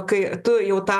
kai tu jau tą